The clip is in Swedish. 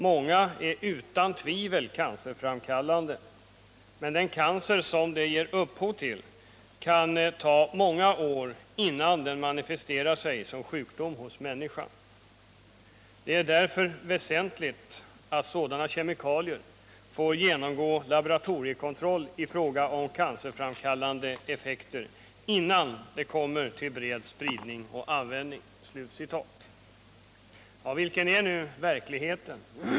Många är utan tvivel cancerframkallande, men den cancer som de ger upphov till kan ta många år innan den manifesterar sig som sjukdom hos människan. Det är därför väsentligt att sådana kemikalier får genomgå laboratoriekontroll i fråga om cancerframkallande effekter innan de kommer till bred spridning och användning.” Vilken är verkligheten?